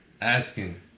asking